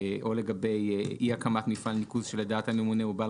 או לגבי אי הקמת מפעל ניקוז שלדעת הממונה הוא בעל